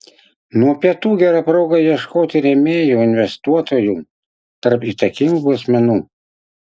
nuo pietų gera proga ieškoti rėmėjų investuotojų tarp įtakingų asmenų